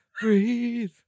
Breathe